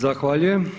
Zahvaljujem.